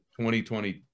2020